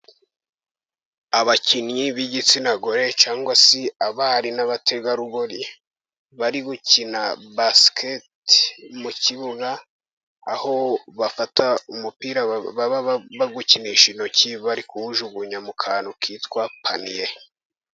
Abakinnyi b'igitsina gore cyangwa se abari n'abategarugori, bari gukina basketl mu kibuga aho bafata umupira baba bari gukinisha intoki bari kuwujugunya mu kantu kitwa paniye.